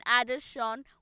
addition